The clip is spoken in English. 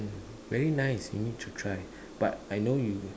very nice you need to try but I know you